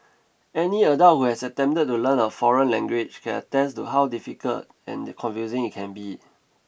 any adult who has attempted to learn a foreign language can attest to how difficult and confusing it can be